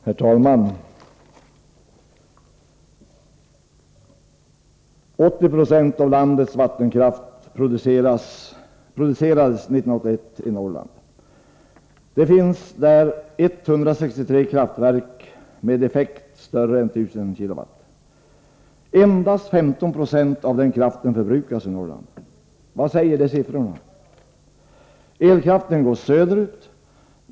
Herr talman! År 1981 producerades 80 26 av landets vattenkraft i Norrland, där det finns 163 kraftverk med en effekt större än 1 000 kW. Endast 15 96 av den kraften förbrukas i Norrland. Vad säger dessa siffror? Elkraften går söderut.